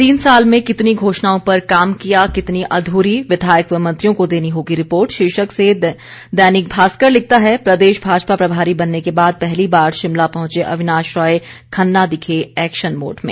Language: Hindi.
तीन साल में कितनी घोषणाओं पर काम किया कितनी अधूरी विधायक व मंत्रियों को देनी होगी रिपोर्ट शीर्षक से दैनिक भास्कर लिखता है प्रदेश भाजपा प्रभारी बनने के बाद पहली बार शिमला पहुंचे अविनाश राय खन्ना दिखे एक्शन मोड में